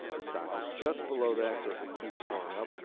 the stock is just below that, so if it keeps going up,